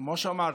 כמו שאמרתי,